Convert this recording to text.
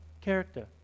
character